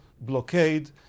blockade